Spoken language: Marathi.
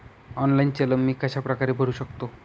ऑनलाईन चलन मी कशाप्रकारे भरु शकतो?